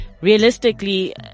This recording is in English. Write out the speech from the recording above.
Realistically